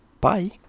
Bye